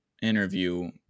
interview